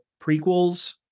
prequels